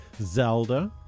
Zelda